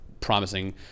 promising